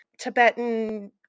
Tibetan